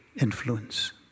influence